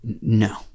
No